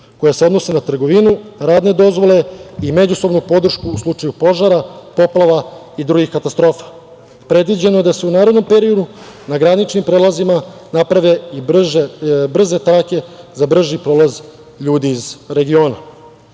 koja se odnose na trgovinu, radne dozvole i međusobnu podršku u slučaju požara, poplava i drugih katastrofa. Predviđeno je da se u narednom periodu na graničnim prelazima naprave i brze trake za brži prolaz ljudi iz regiona. Takođe